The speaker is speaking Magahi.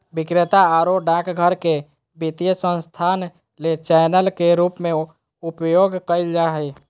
विक्रेता आरो डाकघर के वित्तीय संस्थान ले चैनल के रूप में उपयोग कइल जा हइ